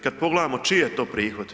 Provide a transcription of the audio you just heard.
Kad pogledamo čiji je to prihod?